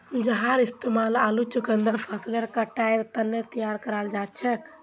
जहार इस्तेमाल आलू चुकंदर फसलेर कटाईर तने तैयार कराल जाछेक